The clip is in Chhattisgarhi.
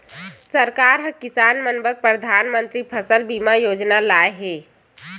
सरकार ह किसान मन बर परधानमंतरी फसल बीमा योजना लाए हे